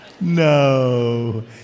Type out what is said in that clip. No